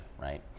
right